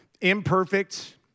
Imperfect